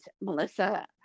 Melissa